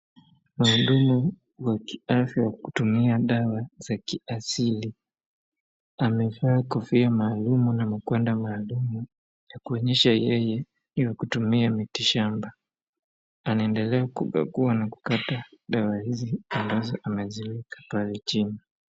Mhudumu wa kiafya wa kutumia dawa za kiasili. Amevaa kofia maalum na mkwanda maalumu ya kuonyesha yeye ni wa kutumia miti shamba. Anaendelea kubagua na kukata dawa hizi ambazo ameziweka pale chini.